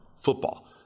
football